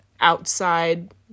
outside